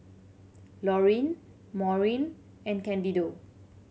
Laurine Maurine and Candido